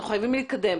אנחנו חייבים להתקדם.